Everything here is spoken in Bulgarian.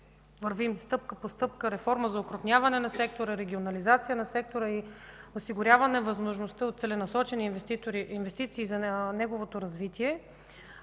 вървим стъпка по стъпка, за окрупняване, регионализация на сектора и осигуряване на възможност за целенасочени инвестиции за неговото развитие,